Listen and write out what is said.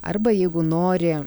arba jeigu nori